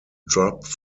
dropped